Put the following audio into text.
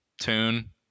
tune